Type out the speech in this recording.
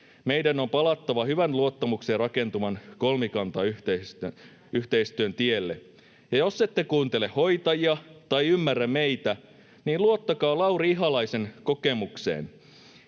Meidän on palattava hyvän, luottamukseen rakentuvan kolmikantayhteistyön tielle.” Jos ette kuuntele hoitajia tai ymmärrä meitä, niin luottakaa Lauri Ihalaisen kokemukseen.